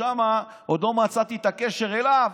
שם עוד לא מצאתי את הקשר אליו,